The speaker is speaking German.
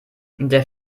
der